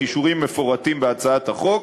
הכישורים מפורטים בהצעת החוק.